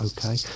Okay